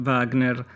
Wagner